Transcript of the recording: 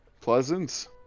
pleasant